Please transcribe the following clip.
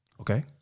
Okay